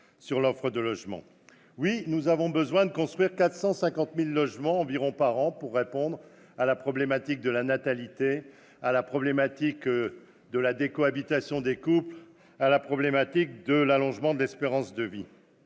Oui, nous avons besoin de construire 450 000 logements environ par an pour répondre aux problématiques de la natalité, de la décohabitation des couples et de l'allongement de l'espérance de vie.